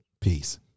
peace